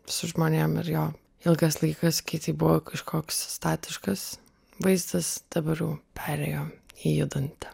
su žmonėm ir jo ilgas laikas kai tai buvo kažkoks statiškas vaizdas dabar jau perėjo į judantį